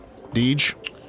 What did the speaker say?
Deej